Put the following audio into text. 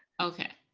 okay.